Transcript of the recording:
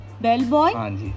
Bellboy